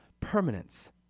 permanence